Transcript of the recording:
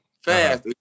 Fast